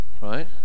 right